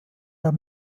der